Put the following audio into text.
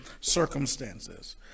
circumstances